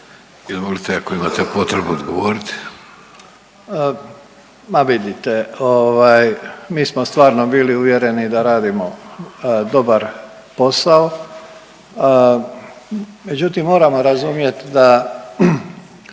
Izvolite ako imate potrebu odgovoriti.